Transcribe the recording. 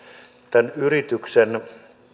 tämän yrityksen